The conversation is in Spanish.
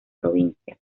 provincias